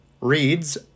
reads